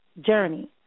journey